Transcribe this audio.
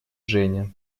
женя